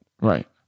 Right